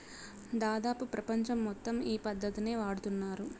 దాదాపు ప్రపంచం మొత్తం ఈ పద్ధతినే వాడుతున్నారు